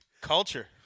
Culture